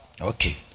Okay